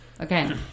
Okay